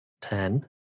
ten